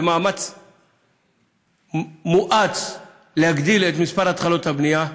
במאמץ מואץ להגדיל את מספר התחלות הבנייה,